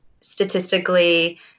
statistically